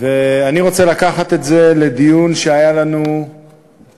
אני רוצה לקחת את זה לדיון שהיה לנו בצורה